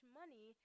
money